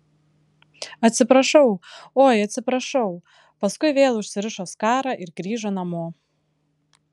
atsiprašau oi atsiprašau paskui vėl užsirišo skarą ir grįžo namo